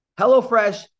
HelloFresh